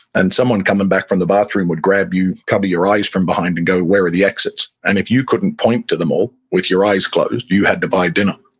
and someone coming back from the bathroom would grab you, cover your eyes from behind, and go, where are the exits? and if you couldn't point to them all with your eyes closed, you you had to buy dinner.